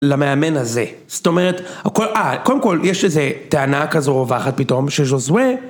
למאמן הזה, זאת אומרת, קודם כל יש איזה טענה כזו רווחת פתאום שזוהה